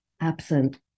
absent